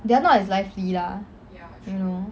they are not as lively lah you know